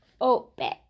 open